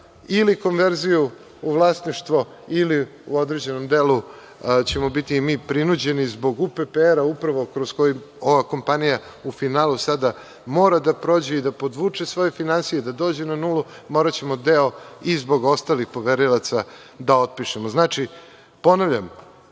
ili konverziju u vlasništvo ili ćemo u određenom delu biti prinuđeni zbog UPPR-a, upravo kroz koji ova kompanija u finalu sada mora da prođe i da podvuče svoje finansije, i da dođe na nulu. Moraćemo deo, i zbog ostalih poverioca, da otpišemo. Ponavljam,